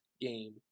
game